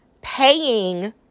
paying